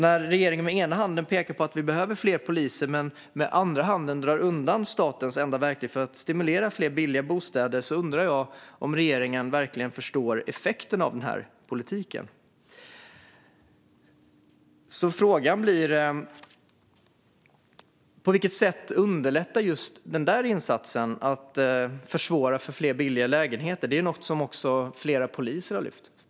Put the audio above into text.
När de med ena handen pekar på att fler poliser behövs och med andra handen drar undan statens enda verktyg för att stimulera byggandet av fler billiga bostäder undrar jag om regeringen verkligen förstår effekten av sin politik. Frågan är på vilket sätt just den insatsen underlättar byggandet av fler billiga lägenheter. Den har även flera poliser ställt.